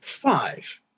Five